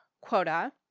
quota